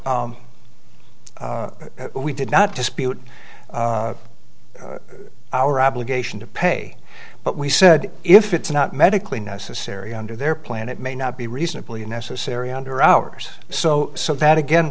we did not dispute our obligation to pay but we said if it's not medically necessary under their plan it may not be reasonably necessary under ours so so that again